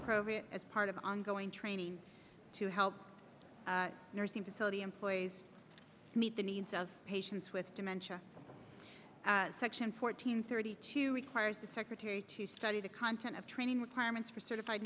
appropriate as part of ongoing training to help nursing facility employees meet the needs of patients with dementia section fourteen thirty two requires the secretary to study the content of training requirements for certified